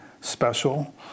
special